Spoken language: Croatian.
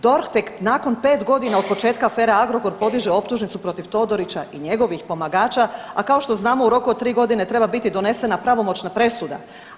DORH tek nakon 5 godina o početka afere Agrokor podiže optužnicu protiv Todorića i njegovih pomagača, a kao što znamo u roku od 3 godine treba biti donesena pravomoćna presuda.